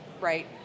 right